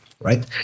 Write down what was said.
right